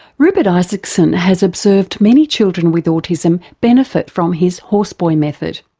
rupert isaacson has observed many children with autism benefit from his horse boy method,